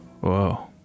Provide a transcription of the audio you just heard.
Whoa